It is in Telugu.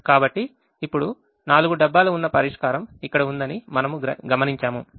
కాబట్టి ఇప్పుడు 4 డబ్బాలు ఉన్న పరిష్కారం ఇక్కడ ఉందని మనము గమనించాము